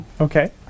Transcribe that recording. Okay